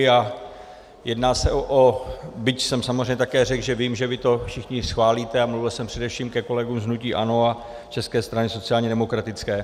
A jedná se o byť jsem samozřejmě také řekl, že vím, že vy to všichni schválíte, a mluvil jsem především ke kolegům z hnutí ANO a České strany sociálně demokratické.